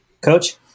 Coach